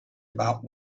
about